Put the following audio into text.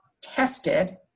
tested